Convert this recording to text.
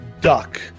duck